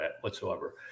whatsoever